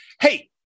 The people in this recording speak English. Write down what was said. Hey